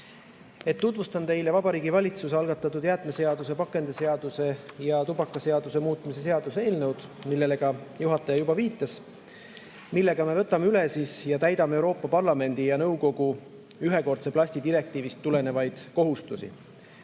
Tutvustan teile Vabariigi Valitsuse algatatud jäätmeseaduse, pakendiseaduse ja tubakaseaduse muutmise seaduse eelnõu, millele ka juhataja juba viitas. Sellega me võtame üle Euroopa Parlamendi ja nõukogu ühekordse plasti direktiivist tulenevad kohustused.